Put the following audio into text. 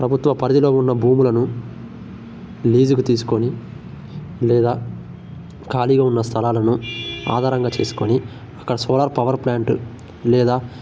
ప్రభుత్వ పరిధిలో ఉన్న భూములను లీజుకు తీసుకొని లేదా ఖాళీగా ఉన్న స్థలాలను ఆధారంగా చేసుకుని అక్కడ సోలార్ పవర్ ప్లాంట్ లేదా